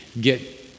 get